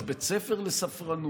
יש בית ספר לספרנות,